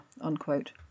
unquote